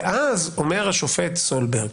ואז אומר השופט סולברג,